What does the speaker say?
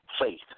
faith